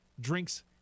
drinks